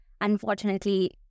unfortunately